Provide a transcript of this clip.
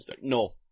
No